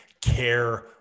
care